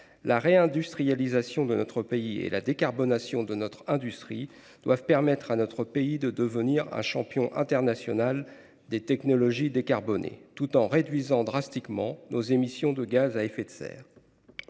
La réindustrialisation de notre pays et la décarbonation de son industrie doivent lui permettre de devenir un champion international des technologies décarbonées, tout en réduisant fortement nos émissions de gaz à effet de serre.